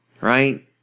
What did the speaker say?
Right